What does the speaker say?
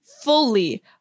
Fully